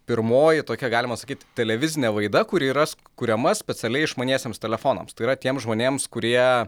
pirmoji tokia galima sakyt televizinė laida kuri yra kuriama specialiai išmaniesiems telefonams tai yra tiems žmonėms kurie